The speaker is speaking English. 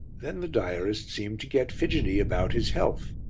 then the diarist seemed to get fidgety about his health.